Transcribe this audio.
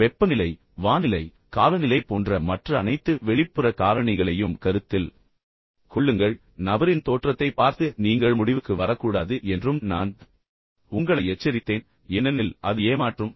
வெப்பநிலை வானிலை காலநிலை போன்ற மற்ற அனைத்து வெளிப்புற காரணிகளையும் கருத்தில் கொள்ளுங்கள் பின்னர் நபரின் தோற்றத்தைப் பார்த்து நீங்கள் முடிவுக்கு வரக்கூடாது என்றும் நான் உங்களை எச்சரித்தேன் ஏனெனில் அது ஏமாற்றும்